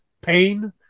pain